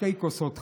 שתי כוסות חלב.